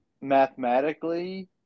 mathematically